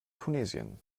tunesien